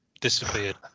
disappeared